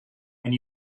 and